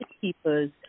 keeper's